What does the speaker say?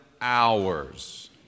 hours